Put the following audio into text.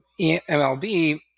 MLB